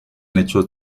hechos